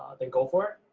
then go for it.